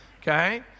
Okay